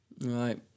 Right